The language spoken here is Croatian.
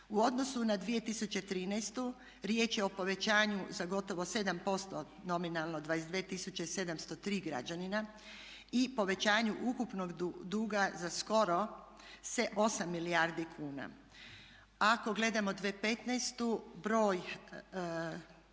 U odnosu na 2013.riječ je o povećanju za gotovo 7% nominalno 22 703 građanina i povećanju ukupnog duga za skoro 8 milijardi kuna. Ako gledamo 2015.broj